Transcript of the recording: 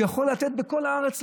והוא יכול לתת בכל הארץ,